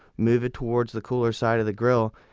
move it toward the cooler side of the grill.